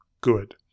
good